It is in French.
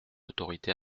autorité